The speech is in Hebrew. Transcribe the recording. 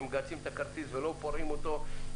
שמגהצים את הכרטיס אבל לא פורעים את התשלום בתחילה,